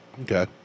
Okay